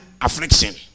affliction